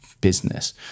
business